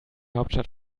hauptstadt